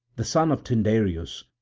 the son of tyndareus,